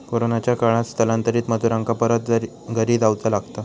कोरोनाच्या काळात स्थलांतरित मजुरांका परत घरी जाऊचा लागला